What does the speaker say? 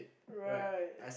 right